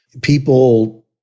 People